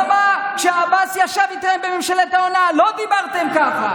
למה כשעבאס ישב איתכם בממשלת ההונאה לא דיברתם ככה?